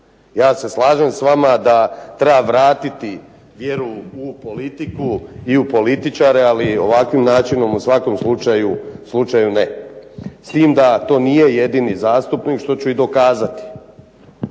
ja se slažem s vama da treba vratiti vjeru u politiku i u političare. Ali ovakvim načinom u svakom slučaju ne. S tim da to nije jedini zastupnik što ću i dokazati.